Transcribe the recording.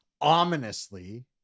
ominously